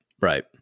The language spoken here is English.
right